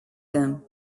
them